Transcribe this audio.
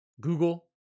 google